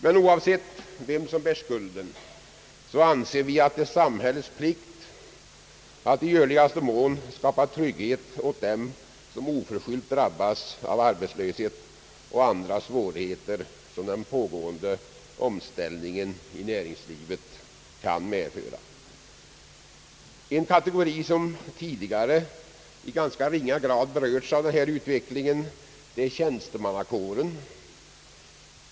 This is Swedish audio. Men oavsett vem som bär skulden anser vi att det är samhällets plikt att i görligaste mån skapa trygghet åt dem som oförskyllt drabbas av arbetslöshet och andra svårigheter, som den pågående omställningen i näringslivet kan medföra. En kategori som tidigare i ganska ringa grad berörts av denna utveckling är tjänstemannakåren.